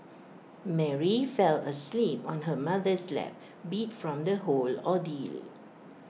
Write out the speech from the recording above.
Mary fell asleep on her mother's lap beat from the whole ordeal